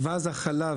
אז החלב,